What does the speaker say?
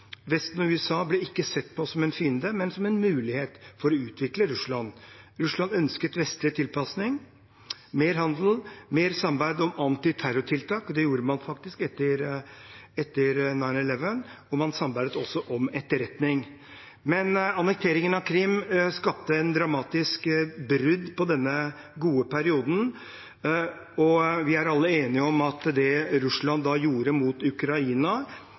Vesten og USA ble ikke sett på som en fiende, men som en mulighet for å utvikle Russland. Russland ønsket vestlig tilpasning, mer handel, mer samarbeid om antiterrortiltak – det gjorde man faktisk etter 9/11 – og man samarbeidet også om etterretning. Annekteringen av Krim skapte et dramatisk brudd på denne gode perioden. Vi er alle enige om at det Russland da gjorde mot Ukraina,